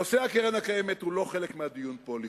נושא הקרן הקיימת הוא לא חלק מהדיון פה לכאורה,